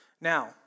Now